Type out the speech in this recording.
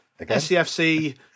SCFC